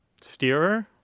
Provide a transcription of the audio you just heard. Steerer